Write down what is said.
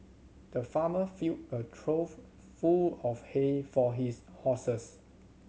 the farmer filled a trough full of hay for his horses